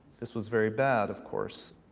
this was very bad, of course.